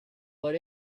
but